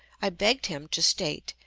i begged him to state,